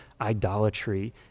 idolatry